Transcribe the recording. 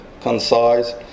concise